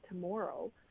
tomorrow